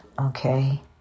okay